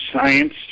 Science